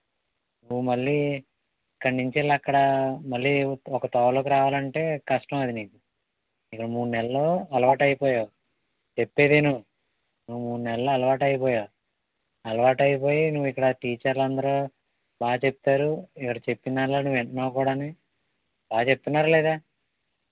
నువ్వు మళ్ళీ ఇక్కడ నుంచి వెళ్ళి అక్కడ మళ్ళీ ఒక తోవలోకి రావాలంటే కష్టం అది నీకు ఇక్కడ మూడు నెలలు అలవాటు అయిపోయావు చెప్పేది విను నువ్వు మూడు నెలలు అలవాటు అయిపోయావు అలవాటు అయిపోయి నువ్వు ఇక్కడ టీచర్లు అందరు బాగా చెప్తారు ఇక్కడ చెప్పిందల్లా నువ్వు వింటున్నావు కూడాను బాగా చెప్తున్నారా లేదా